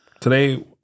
Today